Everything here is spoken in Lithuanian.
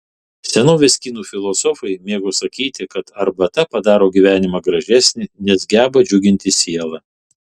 senovės kinų filosofai mėgo sakyti kad arbata padaro gyvenimą gražesnį nes geba džiuginti sielą